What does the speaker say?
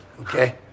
Okay